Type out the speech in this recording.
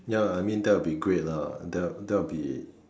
ya I mean that will be great lah that will be